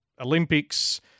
Olympics